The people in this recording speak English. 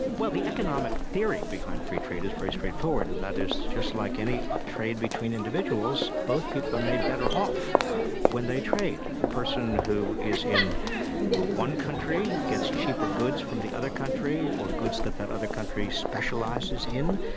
well, the economic theory behind free trade is very straightforward and that is, just like any trade between individuals, both people are made better off when they trade. the person who is in ah one country gets cheaper goods from the other country or goods that that other country specialises in.